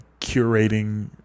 curating